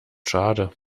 schade